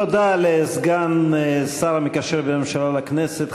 תודה לסגן השר המקשר בין הממשלה לכנסת,